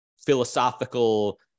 philosophical